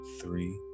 three